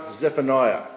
Zephaniah